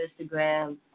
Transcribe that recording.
Instagram